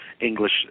English